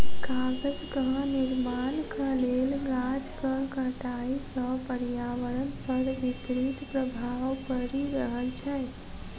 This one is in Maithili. कागजक निर्माणक लेल गाछक कटाइ सॅ पर्यावरण पर विपरीत प्रभाव पड़ि रहल छै